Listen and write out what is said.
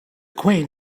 queen